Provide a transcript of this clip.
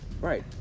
right